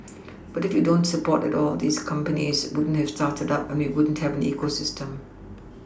but if you don't support at all these companies wouldn't have started up and we wouldn't have an ecosystem